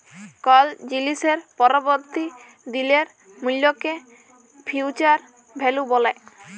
call জিলিসের পরবর্তী দিলের মূল্যকে ফিউচার ভ্যালু ব্যলে